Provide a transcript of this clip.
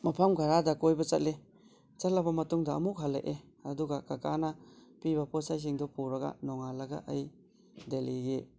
ꯃꯐꯝ ꯈꯔꯗ ꯀꯣꯏꯕ ꯆꯠꯂꯤ ꯆꯠꯂꯕ ꯃꯇꯨꯡꯗ ꯑꯃꯨꯛ ꯍꯜꯂꯛꯑꯦ ꯑꯗꯨꯒ ꯀꯀꯥꯅ ꯄꯤꯕ ꯄꯣꯠ ꯆꯩꯁꯤꯡꯗꯣ ꯄꯨꯔꯒ ꯅꯣꯡꯉꯥꯜꯂꯒ ꯑꯩ ꯗꯦꯜꯂꯤꯒꯤ